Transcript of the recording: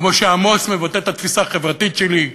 כמו שעמוס מבטא את התפיסה החברתית שלי.